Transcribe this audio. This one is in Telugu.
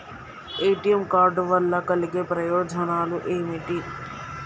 ఏ.టి.ఎమ్ కార్డ్ వల్ల కలిగే ప్రయోజనాలు ఏమిటి?